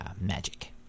magic